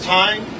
time